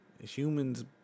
humans